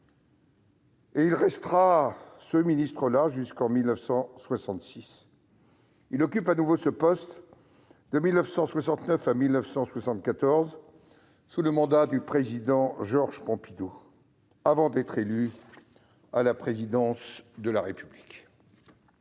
et il le reste jusqu'en 1966. Il occupe de nouveau ce poste de 1969 à 1974, sous le mandat du Président Georges Pompidou, avant d'être élu à la présidence de la République.